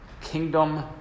kingdom